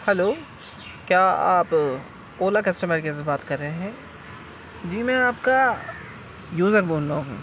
hello کیا آپ Ola customer care سے بات کر رہے ہیں جی میں آپ کا یوزر بول رہا ہوں